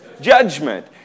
Judgment